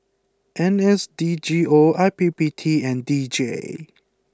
N S D G O I P P T and D J